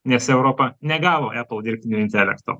nes europa negavo epal dirbtinio intelekto